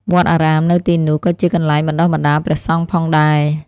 វត្តអារាមនៅទីនោះក៏ជាកន្លែងបណ្តុះបណ្តាលព្រះសង្ឃផងដែរ។